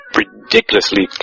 ridiculously